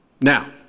Now